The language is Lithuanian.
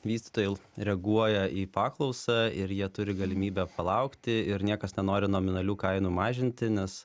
vystytojai reaguoja į paklausą ir jie turi galimybę palaukti ir niekas nenori nominalių kainų mažinti nes